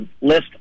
list